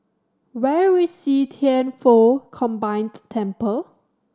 where is See Thian Foh Combined Temple